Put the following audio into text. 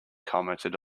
commented